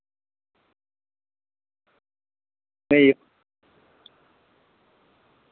नेईं